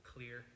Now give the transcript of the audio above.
Clear